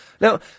Now